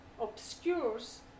obscures